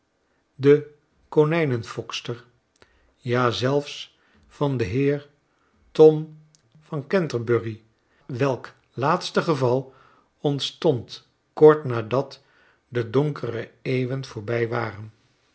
de konijnenfokster ja zelfs van den heer thorn van canterbury welk laatste geval ontstond kort nadat de donkere eeuwen voorbij waren